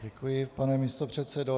Děkuji, pane místopředsedo.